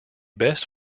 best